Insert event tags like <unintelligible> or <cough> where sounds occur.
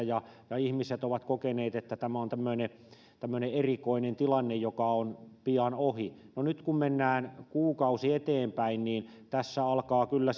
<unintelligible> ja ja ihmiset ovat kokeneet että tämä on tämmöinen tämmöinen erikoinen tilanne joka on pian ohi no nyt kun mennään kuukausi eteenpäin niin tässä alkaa kyllä <unintelligible>